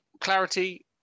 clarity